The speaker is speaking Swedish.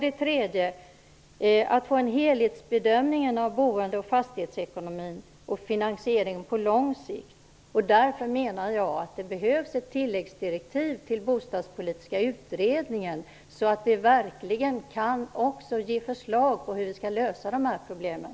Det behövs dessutom en helhetsbedömning av boende och fastighetsekonomin och finansieringen på lång sikt. Därför menar jag att det behövs ett tilläggsdirektiv till Bostadspolitiska utredningen så att vi verkligen också kan ge förslag på hur vi skall lösa de här problemen.